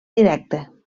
directe